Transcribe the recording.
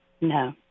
No